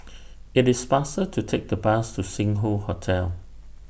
IT IS faster to Take The Bus to Sing Hoe Hotel